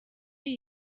iyi